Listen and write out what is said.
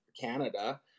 Canada